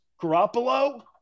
Garoppolo